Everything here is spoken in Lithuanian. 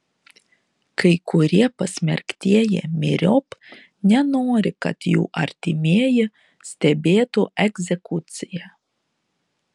kai kurie pasmerktieji myriop nenori kad jų artimieji stebėtų egzekuciją